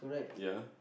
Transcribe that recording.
ya